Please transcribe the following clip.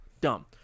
Dumb